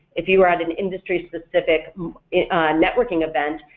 if you were at an industry specific networking event,